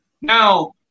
Now